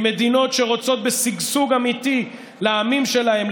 ממדינות שרוצות בשגשוג אמיתי לעמים שלהן,